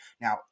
Now